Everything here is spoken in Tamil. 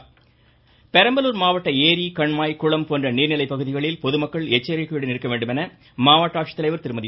மாவட்டம் மழை பெரம்பலூர் மாவட்ட ஏரி கண்மாய் குளம் போன்ற நீர்நிலை பகுதிகளில் பொதுமக்கள் எச்சரிக்கையுடன் இருக்க வேண்டுமென மாவட்ட ஆட்சித்தலைவா் திருமதி